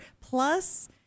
Plus